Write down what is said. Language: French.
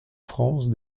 france